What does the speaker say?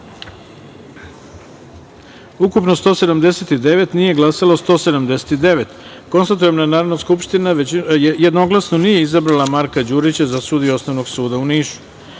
ukupno – 179, nije glasalo 179.Konstatujem da Narodna skupština jednoglasno nije izabrala Marka Đurića za sudiju Osnovnog suda u Nišu.7.